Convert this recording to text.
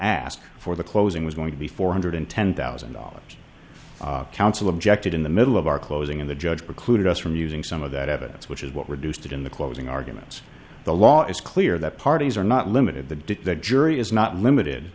ask for the closing was going to be four hundred ten thousand dollars counsel objected in the middle of our closing and the judge preclude us from using some of that evidence which is what we do sit in the closing arguments the law is clear that parties are not limited to do the jury is not limited